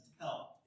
help